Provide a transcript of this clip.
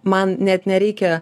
man net nereikia